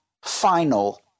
final